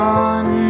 on